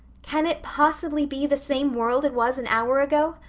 can it possibly be the same world it was an hour ago?